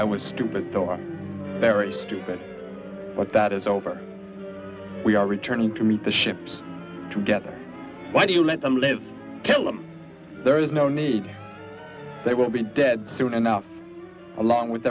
i was stupid thought very stupid but that is over we are returning to meet the ships together why do you let them live till i'm there is no need they will be dead soon enough along with